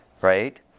right